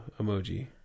emoji